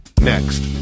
Next